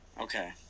Okay